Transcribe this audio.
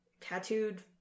Tattooed